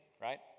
right